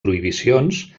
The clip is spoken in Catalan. prohibicions